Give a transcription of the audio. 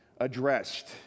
addressed